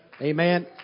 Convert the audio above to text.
Amen